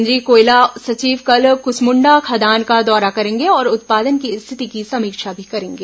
केंद्रीय कोयला सचिव कल कुसमुंडा खदान का दौरा करेंगे और उत्पादन की स्थिति की समीक्षा भी करेंगे